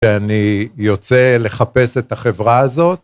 שאני יוצא לחפש את החברה הזאת.